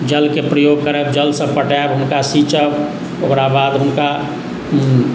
जलके प्रयोग करब जलसँ पटायब हुनका सीँचब ओकरा बाद हुनका